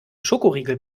schokoriegel